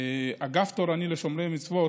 אגף תורני לשומרי מצוות.